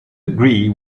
agree